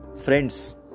friends